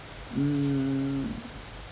mm